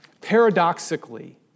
paradoxically